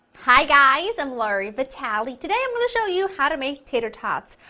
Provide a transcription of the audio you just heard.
hi guys, i'm laura vitale, today i'm going to show you how to make tater tots!